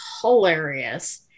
hilarious